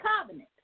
covenant